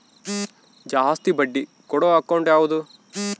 ಜಾಸ್ತಿ ಬಡ್ಡಿ ಕೊಡೋ ಅಕೌಂಟ್ ಯಾವುದು?